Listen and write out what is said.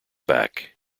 back